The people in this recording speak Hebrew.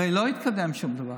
הרי לא התקדם שום דבר.